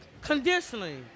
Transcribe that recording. Conditionally